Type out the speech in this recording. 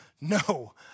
No